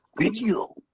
video